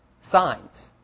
signs